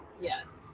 Yes